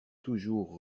toujours